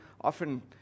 often